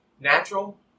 Natural